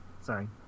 Sorry